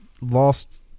lost